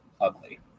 ugly